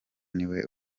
niwe